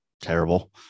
terrible